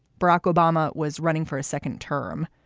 barack obama was running for a second term.